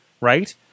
Right